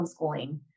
homeschooling